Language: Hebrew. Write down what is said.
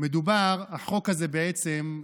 החוק הזה בעצם,